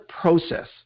process